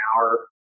hour